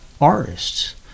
artists